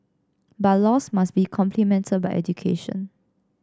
but laws must be complemented by education